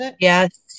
Yes